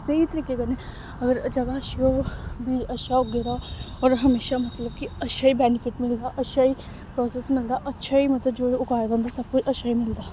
स्हेई तरीके कन्नै अगर जगह अच्छी होग बीज अच्छा होग मतलब हमेशा कि अच्छा बैनिफिट मिलदा अच्छा ई प्रोसेस मिलदा अच्छा ई मतलब जो उगाए दा होंदा सब कुछ अच्छा ही मिलदा